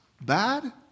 bad